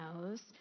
knows